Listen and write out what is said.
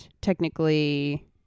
technically